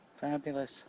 fabulous